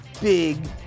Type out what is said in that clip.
big